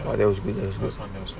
ya there was been a